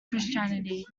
christianity